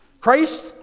Christ